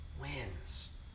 wins